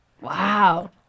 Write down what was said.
Wow